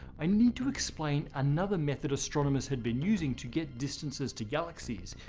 i need to explain another method astronomers had been using to get distances to galaxies,